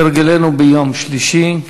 כהרגלנו ביום שלישי,